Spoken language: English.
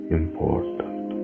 important